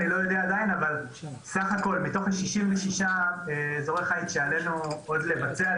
מתוך 66 אזורי חיץ שעלינו עוד לבצע,